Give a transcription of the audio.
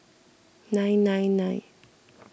nine nine nine